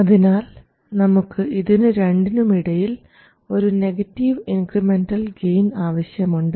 അതിനാൽ നമുക്ക് ഇതിനു രണ്ടിനുമിടയിൽ ഒരു നെഗറ്റീവ് ഇൻക്രിമെൻറൽ ഗെയിൻ ആവശ്യമുണ്ട്